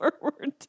forward